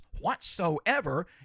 whatsoever